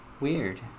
Weird